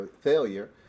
failure